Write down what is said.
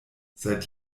seit